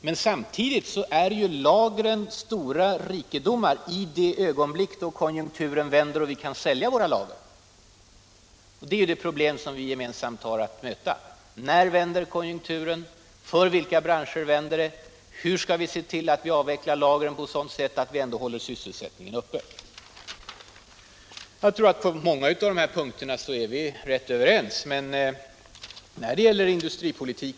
Men samtidigt är lagren stora rikedomar först i det ögonblick då konjunkturen vänder och vi kan sälja våra lager. De problem som vi gemensamt har att möta är: När vänder konjunkturen? För vilka branscher vänder den? Hur skall vi se till att vi avvecklar lagren på sådant sätt att vi ändå håller sysselsättningen uppe? Jag tror att vi är rätt överens om värderingarna på många av dessa punkter.